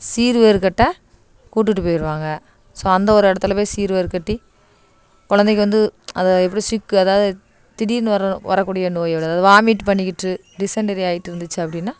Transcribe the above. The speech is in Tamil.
சீர்வேர் கட்ட கூட்டுட்டு போயிடுவாங்க ஸோ அந்த ஒரு இடத்துல போய் சீர்வேர் கட்டி குழந்தைக்கி வந்து அதை எப்படி சிக்கு அதாவது திடீர்னு வரக் வரக்கூடிய நோயோடது வாமிட் பண்ணிக்கிட்டு டிஸ்செண்டரி ஆகிட்டு இருந்துச்சு அப்படின்னா